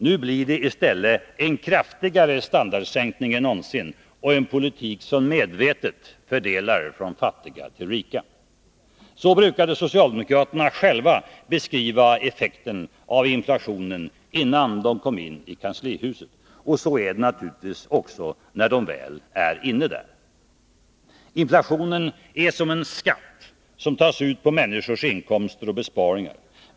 Nu blir det i stället en kraftigare standardsänkning än någonsin och en politik som medvetet fördelar från fattiga till rika. Så brukade socialdemokraterna själva beskriva effekten av inflationen innan de kom in i kanslihuset, och så är det naturligtvis också när de väl är inne. Inflationen är som en skatt som tas ut på människors inkomster och besparingar.